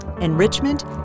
enrichment